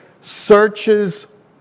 searches